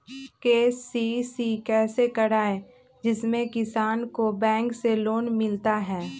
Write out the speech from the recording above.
KCC कैसे कराये जिसमे किसान को बैंक से लोन मिलता है?